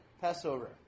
Passover